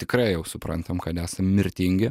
tikrai jau suprantam kad esam mirtingi